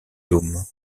dôme